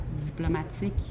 diplomatique